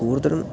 കൂടുതലും